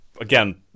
again